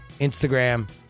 Instagram